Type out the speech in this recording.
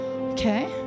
Okay